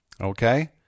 okay